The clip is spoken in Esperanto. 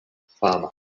fama